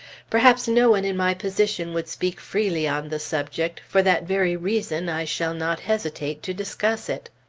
perhaps no one in my position would speak freely on the subject for that very reason i shall not hesitate to discuss it.